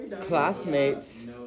Classmates